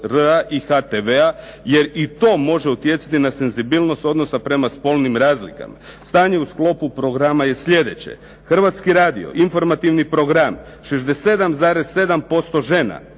i HTV-a jer i to može utjecati na senzibilnost odnosa prema spolnim razlikama. Stanje u sklopu programa je sljedeće Hrvatski radio, informativni program 67,7% žena,